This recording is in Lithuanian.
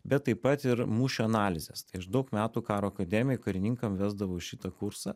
bet taip pat ir mūšio analizės tai aš daug metų karo akademijoj karininkam vesdavau šitą kursą